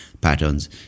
patterns